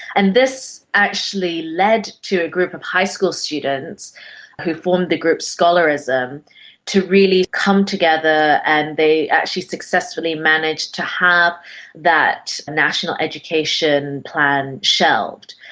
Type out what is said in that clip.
and this actually lead to a group of high school students who formed the group scholarism to really come together, and they actually successfully managed to have that national education plan shelved.